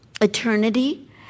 Eternity